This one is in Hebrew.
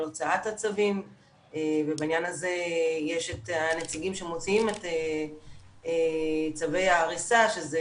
הוצאת הצווים ובעניין הזה יש את הנציגים שמוציאים את צווי ההריסה שזה